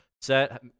set